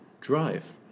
drive